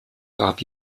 gab